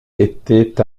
était